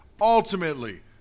ultimately